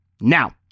Now